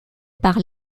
par